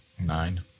Nine